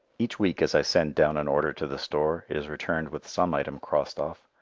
each week as i send down an order to the store it is returned with some item crossed off.